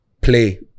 play